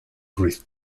ruiz